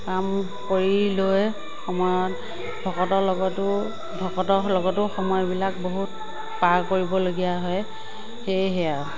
কাম কৰি লৈ সময়ত ভকতৰ লগতো ভকতৰ লগতো সময়বিলাক বহুত পাৰ কৰিব লগা হয় সেয়েহে আৰু